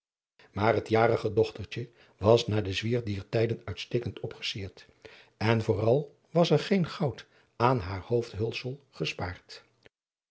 maar het jarige dochtertje was naar den zwier dier tijden uitstekend opgesierd en vooral was er geen goud aan haar hoofdhulsel gespaard